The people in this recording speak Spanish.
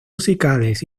musicales